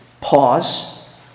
Pause